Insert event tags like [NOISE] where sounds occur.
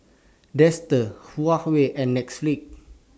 Dester Huawei and [UNINTELLIGIBLE]